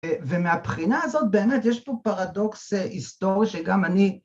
ומהבחינה הזאת באמת יש פה פרדוקס היסטורי שגם אני